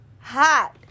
Hot